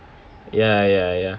ya ya ya